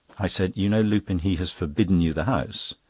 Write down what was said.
i said you know, lupin, he has forbidden you the house.